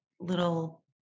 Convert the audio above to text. little